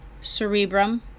cerebrum